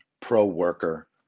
pro-worker